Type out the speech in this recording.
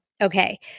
Okay